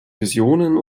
visionen